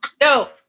No